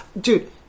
dude